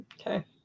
Okay